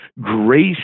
grace